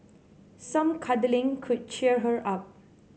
some cuddling could cheer her up